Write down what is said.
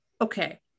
Okay